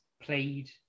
played